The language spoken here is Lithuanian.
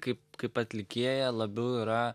kaip kaip atlikėja labiau yra